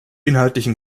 inhaltlichen